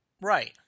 Right